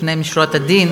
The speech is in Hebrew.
לפנים משורת הדין.